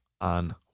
on